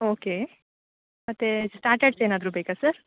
okay ಮತ್ತು starters ಏನಾದರು ಬೇಕಾ ಸರ್